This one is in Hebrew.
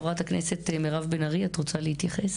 חברת הכנסת מירב בן ארי, את רוצה להתייחס?